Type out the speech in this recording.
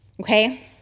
okay